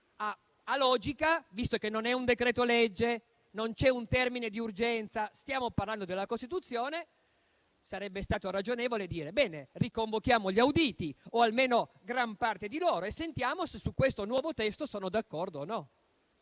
di logica, visto che non si tratta di un decreto-legge, non c'è un termine di urgenza e stiamo parlando della Costituzione, sarebbe stato ragionevole stabilire di riconvocare gli auditi, o almeno gran parte di essi, per sentire se su questo nuovo testo fossero d'accordo o meno.